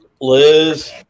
Liz